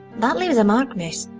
that leaves a mark, miss.